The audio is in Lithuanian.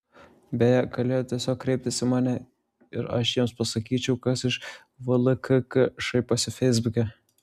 beje galėjo tiesiog kreiptis į mane ir aš jiems pasakyčiau kas iš vlkk šaiposi feisbuke